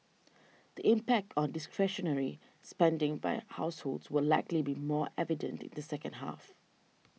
the impact on discretionary spending by households will likely be more evident in the second half